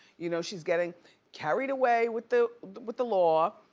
you know she's getting carried away with the with the law.